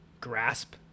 grasp